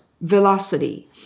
Velocity